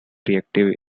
reactive